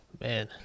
Man